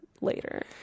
later